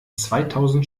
zweitausend